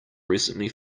recently